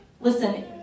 Listen